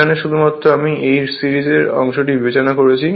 এখানে শুধুমাত্র আমি এই সিরিজের অংশটি বিবেচনা করছি